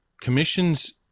commissions